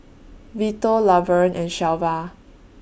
Vito Laverne and Shelva